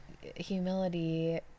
humility